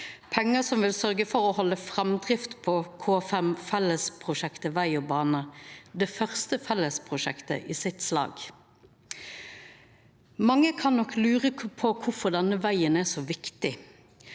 pengar som vil sørgja for å halda framdrift på K5, eit fellesprosjekt for veg og bane, det første fellesprosjektet i sitt slag. Mange lurer nok på kvifor denne vegen er så viktig.